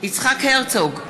יצחק הרצוג,